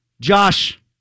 Josh